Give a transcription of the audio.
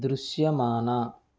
దృశ్యమాన